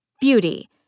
Beauty